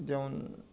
যেমন